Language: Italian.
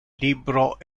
libro